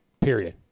period